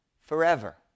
forever